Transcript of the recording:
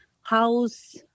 house